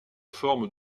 forme